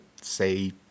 say